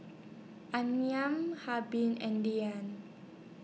Amiyah and Dianne